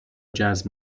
جذب